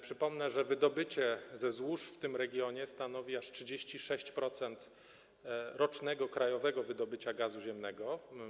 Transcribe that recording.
Przypomnę, że wydobycie ze złóż w tym regionie stanowi aż 36% rocznego krajowego wydobycia gazu ziemnego.